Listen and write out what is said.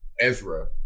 ezra